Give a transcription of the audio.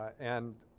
and